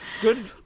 Good